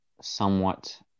somewhat